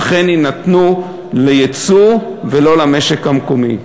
אכן יינתנו ליצוא ולא למשק המקומי.